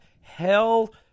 hell